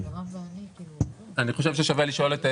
אני מצטרף לדברים של